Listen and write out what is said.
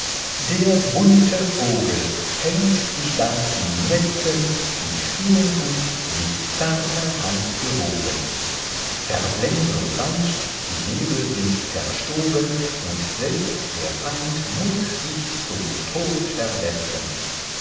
der bunte vogel fängt sich dann in netzen die feenkunst mit zarter hand gewoben verblendung weicht die nebel sind zerstoben und selbst der feind muß sich zum tod verletzen